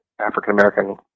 African-American